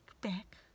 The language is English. back